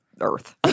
Earth